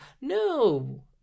No